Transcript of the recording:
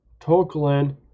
Tolkien